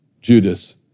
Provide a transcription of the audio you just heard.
Judas